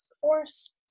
force